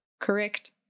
Correct